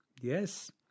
Yes